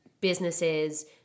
businesses